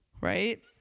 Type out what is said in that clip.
right